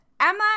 Emma